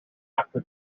after